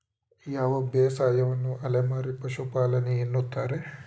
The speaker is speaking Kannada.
ಯಾವ ಬೇಸಾಯವನ್ನು ಅಲೆಮಾರಿ ಪಶುಪಾಲನೆ ಎನ್ನುತ್ತಾರೆ?